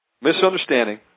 misunderstanding